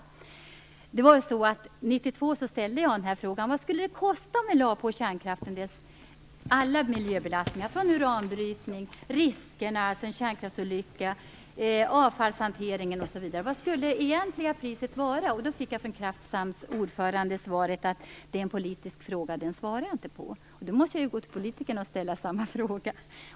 År 1992 ställde jag frågan: Vad skulle det kosta om vi lade på kärnkraften alla dess miljöbelastningar från uranbrytning, riskerna för en kärnkraftsolycka, avfallshanteringen, osv? Vilket skulle det egentliga priset vara? Jag fick från Kraftsams ordförande svaret att det var en politisk fråga, och att han inte svarade på den. Då måste jag gå till politikerna och ställa samma fråga.